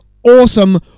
awesome